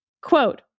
quote